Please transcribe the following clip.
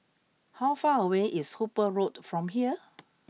how far away is Hooper Road from here